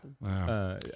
wow